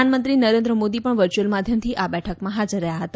પ્રધાનમંત્રી નરેન્દ્ર મોદી પણ વર્ચ્યુઅલ માધ્યમથી આ બેઠકમાં હાજર રહ્યા હતા